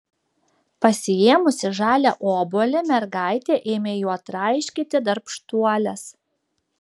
pasiėmusi žalią obuolį mergaitė ėmė juo traiškyti darbštuoles